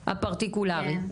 הפרטיקולרי,